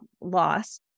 loss